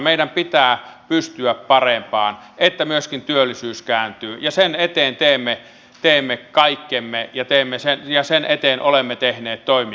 meidän pitää pystyä parempaan niin että myöskin työllisyys kääntyy ja sen eteen teemme kaikkemme ja sen eteen olemme tehneet toimia